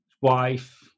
Wife